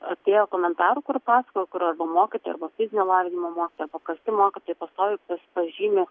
atėjo komentarų kur pasakojau kur arba mokytojai ar fizinio lavinimo mokytoja ar paprasti mokytojai pastoviai vis pažymi